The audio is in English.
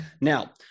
now